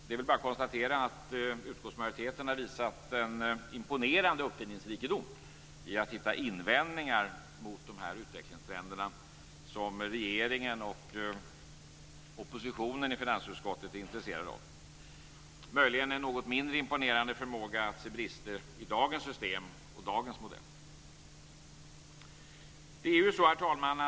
Det är väl bara att konstatera att utskottsmajoriteten har visat en imponerande uppfinningsrikedom i att hitta invändningar mot de utvecklingstrender som regeringen och oppositionen i finansutskottet är intresserade av. Möjligen är förmågan något mindre när det gäller att se brister i dagens system och dagens modell. Herr talman!